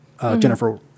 Jennifer